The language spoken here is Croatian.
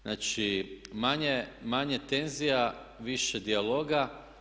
Znači, manje tenzija i više dijaloga.